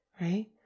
right